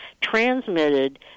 transmitted